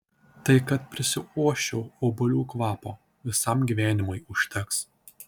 tai kad prisiuosčiau obuolių kvapo visam gyvenimui užteks